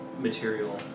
material